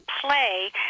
play